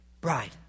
bride